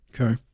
okay